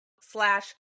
slash